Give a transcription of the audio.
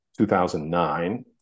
2009